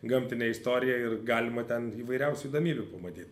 gamtinę istoriją ir galima ten įvairiausių įdamybių pamatyt